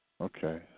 Okay